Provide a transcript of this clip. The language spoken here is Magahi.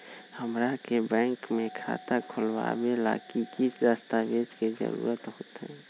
हमरा के बैंक में खाता खोलबाबे ला की की दस्तावेज के जरूरत होतई?